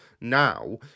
now